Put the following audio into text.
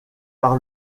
par